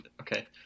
okay